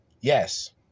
Yes